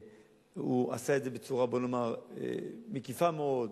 עשה את זה בצורה מקיפה מאוד.